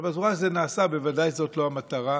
אבל בצורה שזה נעשה בוודאי זאת לא המטרה.